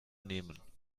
nehmen